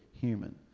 human